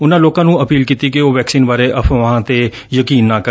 ਉਨੂੰ ਲੋਕਾ ਨੂੰ ਅਪੀਲ ਕੀਤੀ ਕਿ ਉਹ ਵੈਕਸੀਨ ਬਾਰੇ ਅਫ਼ਵਾਹਾਂ ਤੇ ਯਕੀਨ ਨਾ ਕਰਨ